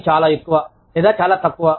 పని చాలా ఎక్కువ లేదా చాలా తక్కువ